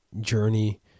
journey